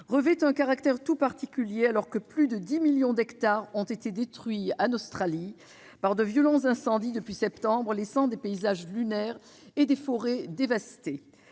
revêt un caractère tout particulier, alors que plus de 10 millions d'hectares ont été détruits en Australie par de violents incendies depuis septembre dernier, laissant des paysages lunaires et des forêts dévastées.